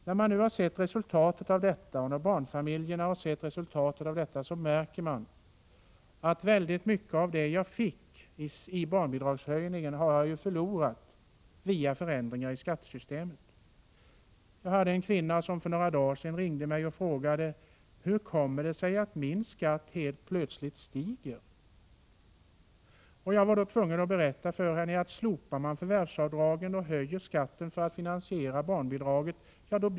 När man nu har sett resultatet av detta i barnfamiljerna märker man att väldigt mycket av det som man fick i barnbidragshöjning har gått förlorat genom förändringar i skattesystemet. En kvinna ringde upp mig för några dagar sedan och frågade: Hur kommer det sig att min skatt helt plötsligt stiger? Jag var då tvungen att berätta för henne att effekten blir denna om man slopar förvärvsavdragen och höjer skatten för att finansiera barnbidraget.